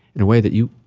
in a way that you